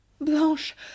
Blanche